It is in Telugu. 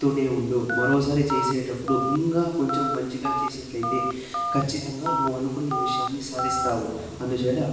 చెప్తూనే ఉండు మరోసారి చేసేటప్పుడు ఇంకా కొంచెం మంచిగా చేసినట్లయితే ఖచ్చితంగా నువ్వు అనుకున్న విషయాన్ని సాధిస్తావు అందుచేత